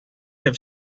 have